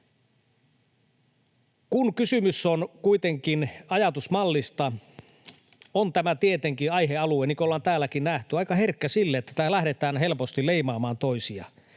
Kun kysymys on kuitenkin ajatusmallista, on tämä aihealue tietenkin, niin kuin ollaan täälläkin nähty, aika herkkä sille, että täällä lähdetään helposti leimaamaan toisia.